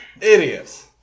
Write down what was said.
Idiots